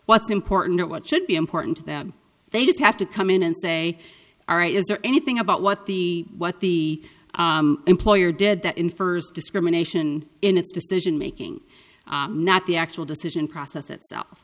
what's important or what should be important to them they just have to come in and say all right is there anything about what the what the employer did that infers discrimination in its decision making not the actual decision process